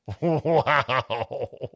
Wow